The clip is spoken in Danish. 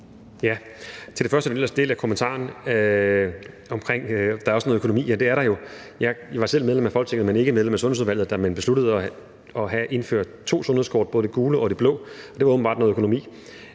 Til det første, om jeg ellers deler kommentaren om, at der også er noget økonomi: Ja, det gør jeg. Jeg var selv medlem af Folketinget, men ikke medlem af Sundhedsudvalget, da man besluttede at have to sundhedskort indført, både det gule og det blå, og der var åbenbart noget med økonomi,